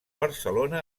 barcelona